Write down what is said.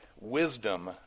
Wisdom